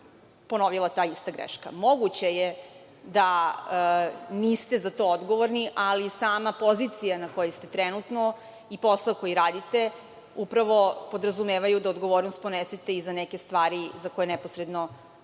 ponovila ta ista greška. Moguće je da niste za to odgovorni, ali sama pozicija na kojoj ste trenutno, i posao koji radite upravo podrazumevaju da odgovornost ponesete i za neke stvari za koje neposredno